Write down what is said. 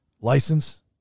License